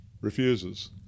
refuses